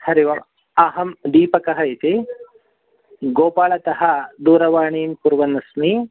हरिः ओम् अहं दीपकः इति गोपालतः दूरवाणीं कुर्वन् अस्मि